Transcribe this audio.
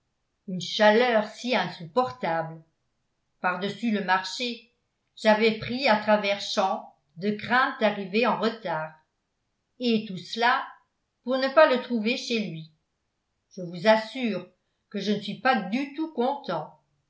une chaleur si insupportable par-dessus le marché j'avais pris à travers champs de crainte d'arriver en retard et tout cela pour ne pas le trouver chez lui je vous assure que je ne suis pas du tout